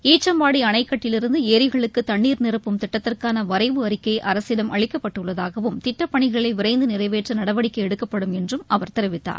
ஈச்சம்பாடி அணைக்கட்டிலிருந்து ஏரிகளுக்கு தண்ணீர் நிரப்பும் திட்டத்திற்கான வரைவு அறிக்கை அரசிடம் அளிக்கப்பட்டுள்ளதாகவும் திட்டப்பணிகளை விரைந்து நிறைவேற்ற நடவடிக்கை எடுக்கப்படும் என்றும் அவர் தெரிவித்தார்